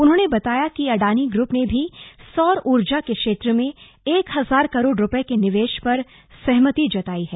उन्होंने बताया कि अडानी ग्रुप ने भी सौर ऊर्जा के क्षेत्र में एक हजार करोड़ रूपये के निवेश पर सहमति जतायी है